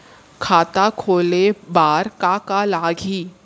खाता खोले बार का का लागही?